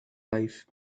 life